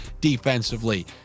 defensively